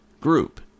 group